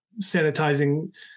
sanitizing